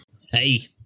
Hey